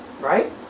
Right